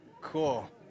Cool